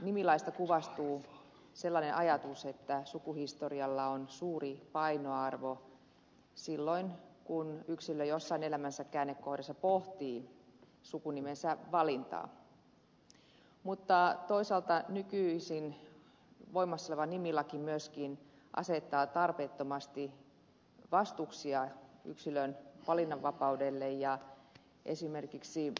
nimilaista kuvastuu sellainen ajatus että sukuhistorialla on suuri painoarvo silloin kun yksilö jossain elämänsä käännekohdassa pohtii sukunimensä valintaa mutta toisaalta nykyisin voimassa oleva nimilaki myöskin asettaa tarpeettomasti vastuksia yksilön valinnanvapaudelle ja esimerkiksi